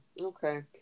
Okay